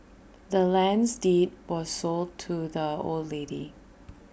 the land's deed was sold to the old lady